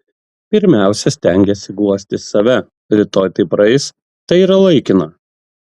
pirmiausia stengiesi guosti save rytoj tai praeis tai yra laikina